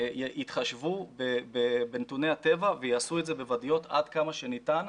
יתחשבו בנתוני הטבע ויעשו את זה בוואדיות עד כמה שניתן,